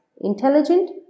intelligent